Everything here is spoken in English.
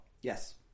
Yes